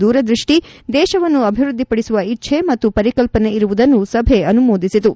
ದೂರದೃಷ್ಟಿ ದೇಶವನ್ನು ಅಭಿವೃದ್ಧಿಪಡಿಸುವ ಇಜ್ದೆ ಮತ್ತು ಪರಿಕಲ್ಲನೆ ಇರುವುದನ್ನು ಸಭೆ ಅನುಮೋದಿಸಿತು